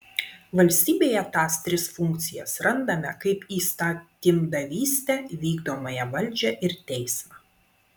valstybėje tas tris funkcijas randame kaip įstatymdavystę vykdomąją valdžią ir teismą